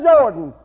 Jordan